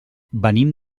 venim